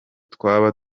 twaba